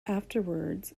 afterwards